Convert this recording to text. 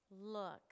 look